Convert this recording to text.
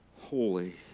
holy